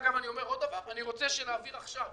ואגב, אני אומר עוד הפעם: אני רוצה שנעביר עכשיו.